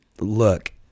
look